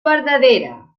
verdadera